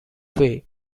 way